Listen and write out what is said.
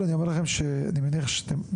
אבל אתה אומר שאתה